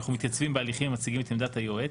אנחנו מתייצבים בהליכים ומציגים את עמדת היועץ.